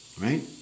Right